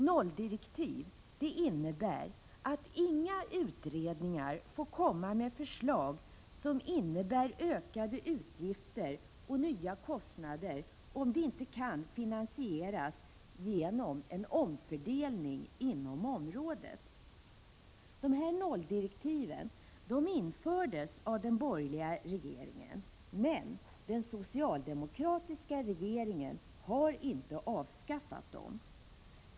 Nolldirektiv innebär att inga utredningar får komma med förslag som innebär ökade utgifter och nya kostnader, om de inte kan finansieras genom en omfördelning inom området. Dessa nolldirektiv infördes av en borgerlig regering. Men den socialdemokratiska regeringen har inte avskaffat dem.